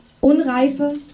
unreife